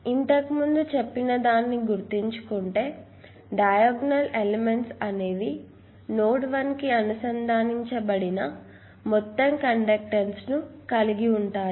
ఇంతకు ముందు చెప్పిన దాన్ని గుర్తుంచుకుంటే డయాగోనల్ ఎలిమెంట్స్ అనేవి నోడ్ 1 కి అనుసంధానించబడిన మొత్తం కండక్టెన్స్ ను కలిగి ఉంటాయి